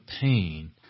pain